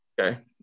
Okay